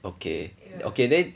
okay okay then